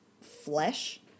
flesh